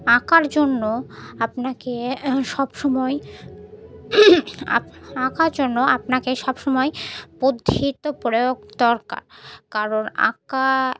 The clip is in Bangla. আঁকার জন্য আপনাকে সব সমময় আঁকার জন্য আপনাকে সব সমময় বুদ্ধিত্ব প্রয়োগ দরকার কারণ আঁকা